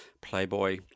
playboy